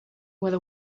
where